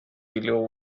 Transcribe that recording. below